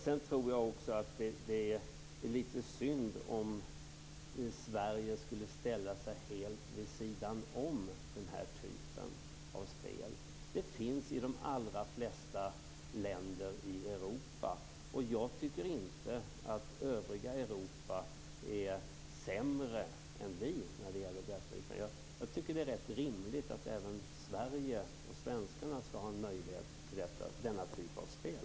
Jag tycker också att det är lite synd om Sverige skulle ställa sig helt vid sidan om den här typen av spel. Det finns i de allra flesta länder i Europa, och jag tycker inte att det övriga Europa är sämre än Sverige i detta sammanhang. Jag finner det rätt rimligt att även svenskarna skall ha en möjlighet att utöva denna typ av spel.